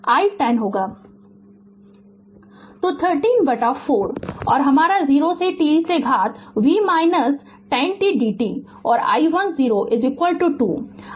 Refer Slide Time 3205 तो 30 बटा 4 और हमारा 0 से t e से घात v 10 t dt और i 1 0 2